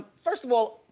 first of all,